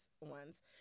ones